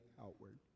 outward